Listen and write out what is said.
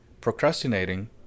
procrastinating